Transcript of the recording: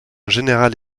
générale